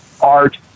art